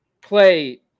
play